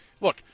Look